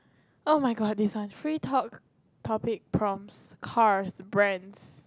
oh-my-god this one free talk topic proms cars' brands